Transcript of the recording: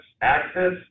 access